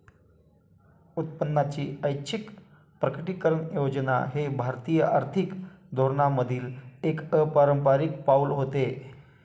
उत्पन्नाची ऐच्छिक प्रकटीकरण योजना हे भारतीय आर्थिक धोरणांमधील एक अपारंपारिक पाऊल होते